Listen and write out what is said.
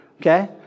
okay